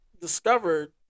discovered